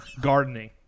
gardening